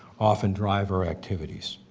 often drive our activities.